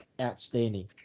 outstanding